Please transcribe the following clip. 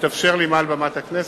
שאפשרת לי להודיע את זה מעל במת הכנסת.